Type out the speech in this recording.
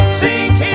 sing